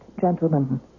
gentlemen